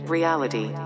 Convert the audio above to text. Reality